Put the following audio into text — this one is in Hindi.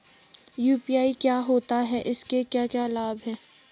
यु.पी.आई क्या होता है इसके क्या क्या लाभ हैं?